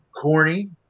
corny